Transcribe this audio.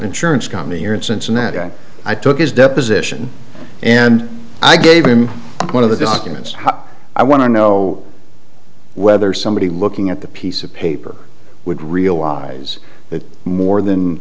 insurance company here in cincinnati and i took his deposition and i gave him one of the documents i want to know whether somebody looking at the piece of paper would realize that more than